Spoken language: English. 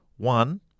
One